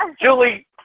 Julie